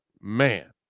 Man